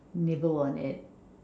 nibble on it